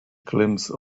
glimpse